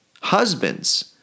husbands